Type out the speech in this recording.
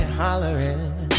hollering